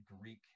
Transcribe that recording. Greek